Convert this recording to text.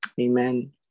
Amen